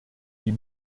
die